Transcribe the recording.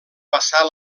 passar